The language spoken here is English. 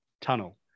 tunnel